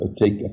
take